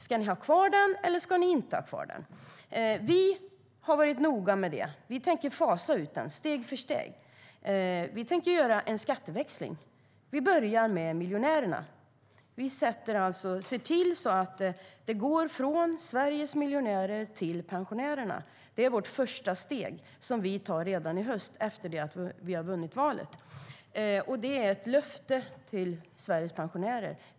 Ska ni ha kvar den eller inte? Vi har varit noga med detta. Vi tänker fasa ut den steg för steg. Vi tänker göra en skatteväxling. Vi börjar med miljonärerna. Vi ser till att det går från Sveriges miljonärer till pensionärerna. Det är vårt första steg, som vi tar redan i höst efter det att vi har vunnit valet. Det är ett löfte till Sveriges pensionärer.